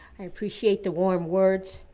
i appreciate the warm words,